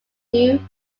two